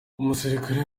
umusirikare